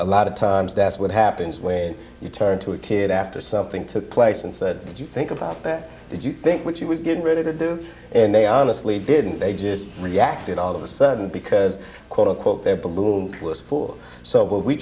a lot of times that's what happens when you turn to a kid after something took place and said did you think about that did you think when she was getting ready to do and they honestly didn't they just reacted all of a sudden because quote unquote their balloon was full so we